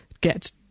get